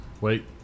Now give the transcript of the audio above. Wait